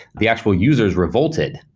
the actual users revolted,